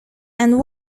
and